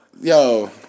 Yo